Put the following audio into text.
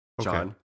John